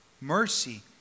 Mercy